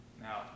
Now